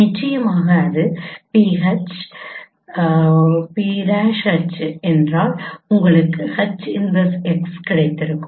நிச்சயமாக அது PH P'H என்றால் உங்களுக்கு H 1x கிடைத்திருக்கும்